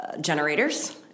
generators